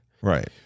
Right